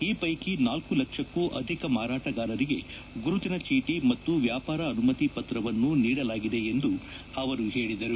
ಈ ಪೈಕಿ ನಾಲ್ಕು ಲಕ್ಷಕ್ಕೂ ಅಧಿಕ ಮಾರಾಟಗಾರರಿಗೆ ಗುರುತಿನ ಚೀಟಿ ಮತ್ತು ವ್ಯಾಪಾರ ಅನುಮತಿ ಪತ್ರವನ್ನು ನೀಡಲಾಗಿದೆ ಎಂದು ಅವರು ಹೇಳಿದರು